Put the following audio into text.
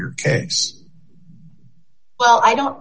your well i don't